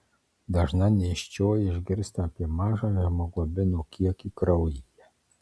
dažna nėščioji išgirsta apie mažą hemoglobino kiekį kraujyje